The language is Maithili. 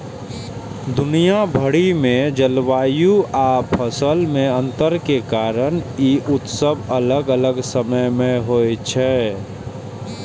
दुनिया भरि मे जलवायु आ फसल मे अंतर के कारण ई उत्सव अलग अलग समय मे होइ छै